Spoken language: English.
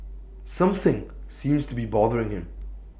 something seems to be bothering him